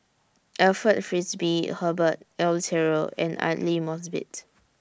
Alfred Frisby Herbert Eleuterio and Aidli Mosbit